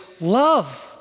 love